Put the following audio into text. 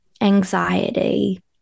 anxiety